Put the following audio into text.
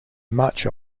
much